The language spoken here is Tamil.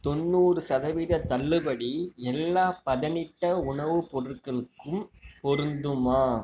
தொண்ணூறு சதவீத தள்ளுபடி எல்லா பதனிட்ட உணவுப் பொருட்களுக்கும் பொருந்துமா